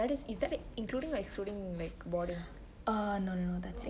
that is is that including or excluding lodging